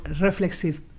reflexive